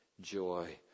joy